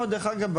דרך אגב,